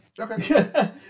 Okay